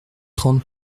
trente